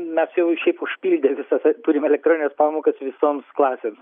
mes jau ir šiaip užpildę visas turim elektronines pamokas visoms klasėms